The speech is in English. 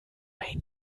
main